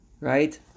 right